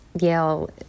Yale